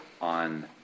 on